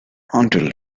until